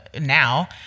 now